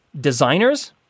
designers